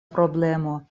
problemo